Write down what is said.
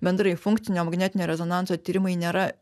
bendrai funkcinio magnetinio rezonanso tyrimai nėra